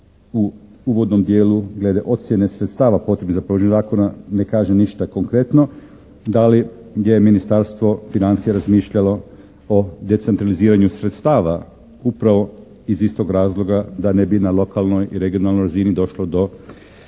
u uvodnom dijelu glede ocijene sredstava potrebnih za provođenje zakona ne kaže ništa konkretno, da li je Ministarstvo financija razmišljalo o decentraliziranju sredstava upravo iz istog razloga da ne bi na lokalnoj i regionalnoj razini došlo do